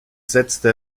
setzte